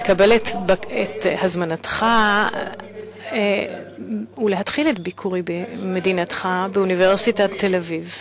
לקבל את הזמנתך ולהתחיל את ביקורי במדינתך באוניברסיטת תל-אביב.